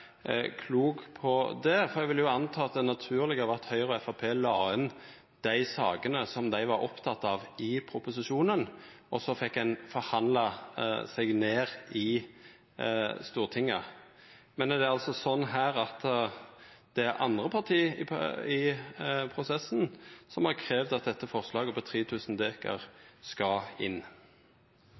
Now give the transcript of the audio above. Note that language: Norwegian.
klok på det, for eg vil anta at det naturlege hadde vore at Høgre og Framstegspartiet la inn dei sakene som dei var opptekne av, i proposisjonen, og så fekk ein forhandla seg ned i Stortinget. Men er det slik at det er andre parti i prosessen som har kravd at dette forslaget på 3 000 dekar skal inn?